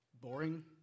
boring